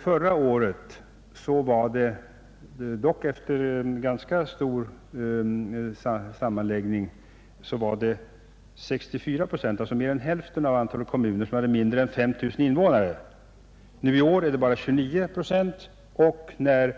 Förra året, efter en ganska stor sammanläggning av kommuner, hade 64 procent, alltså mer än hälften av antalet kommuner, mindre än 5 000 invånare. I år är siffran bara 29 procent, och när